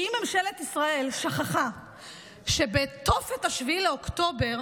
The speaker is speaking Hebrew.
כי ממשלת ישראל שכחה שבתופת 7 באוקטובר